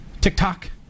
TikTok